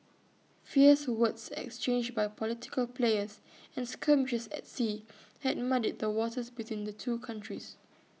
fierce words exchanged by political players and skirmishes at sea had muddied the waters between the two countries